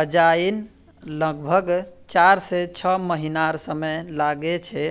अजवाईन लग्ब्भाग चार से छः महिनार समय लागछे